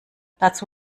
dazu